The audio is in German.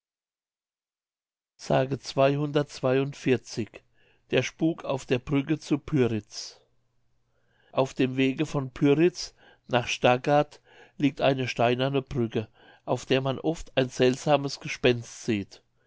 mündlich der spuck auf der brücke zu pyritz auf dem wege von pyritz nach stargard liegt eine steinerne brücke auf der man oft ein seltsames gespenst sieht